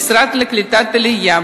המשרד לקליטת העלייה,